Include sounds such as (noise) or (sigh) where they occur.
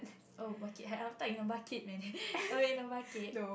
oh bucket I I tied in the bucket man (laughs) okay no bucket